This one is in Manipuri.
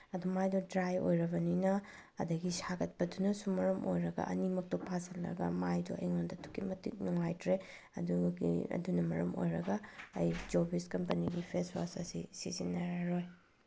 ꯑꯗꯣ ꯃꯥꯏꯗꯣ ꯗ꯭ꯔꯥꯏ ꯑꯣꯏꯔꯕꯅꯤꯅ ꯑꯗꯒꯤ ꯁꯥꯒꯠꯄꯗꯨꯅꯁꯨ ꯃꯔꯝ ꯑꯣꯏꯔꯒ ꯑꯅꯤꯃꯛꯇꯣ ꯄꯥꯁꯤꯜꯂꯒ ꯃꯥꯏꯗꯣ ꯑꯩꯉꯣꯟꯗ ꯑꯗꯨꯛꯀꯤ ꯃꯇꯤꯛ ꯅꯨꯡꯉꯥꯏꯇ꯭ꯔꯦ ꯑꯗꯨꯒꯤ ꯑꯗꯨꯅ ꯃꯔꯝ ꯑꯣꯏꯔꯒ ꯑꯩ ꯖꯣꯚꯤꯁ ꯀꯝꯄꯦꯅꯤꯒꯤ ꯐꯦꯁ ꯋꯥꯁ ꯑꯁꯤ ꯁꯤꯖꯤꯟꯅꯔꯔꯣꯏ